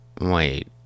Wait